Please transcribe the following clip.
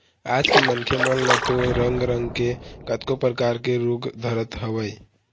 आज के मनखे मन ल तो रंग रंग के कतको परकार के रोग धरत हवय